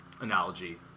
analogy